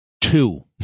Two